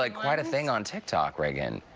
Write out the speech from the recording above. like quite a thing on tiktok, reagan.